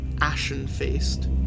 ashen-faced